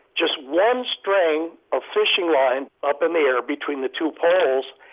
just one string of fishing line up in the air between the two poles,